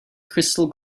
crystal